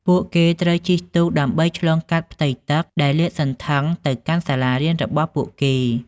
ពួកគេត្រូវជិះទូកដើម្បីឆ្លងកាត់ផ្ទៃទឹកដែលលាតសន្ធឹងទៅកាន់សាលារៀនរបស់ពួកគេ។